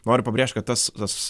noriu pabrėžt kad tas tas